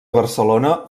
barcelona